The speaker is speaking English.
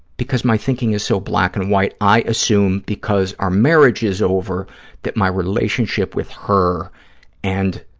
because my thinking is so black and white, i assume because our marriage is over that my relationship with her and,